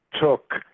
took